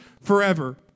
forever